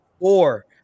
four